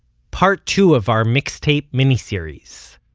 part two of our mixtape mini-series.